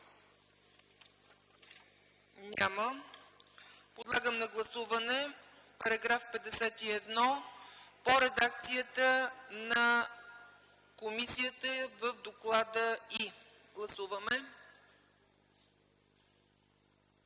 Няма. Подлагам на гласуване § 51 по редакцията на комисията в доклада й. Гласували